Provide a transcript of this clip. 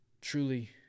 truly